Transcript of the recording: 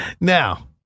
Now